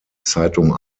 zeitung